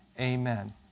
Amen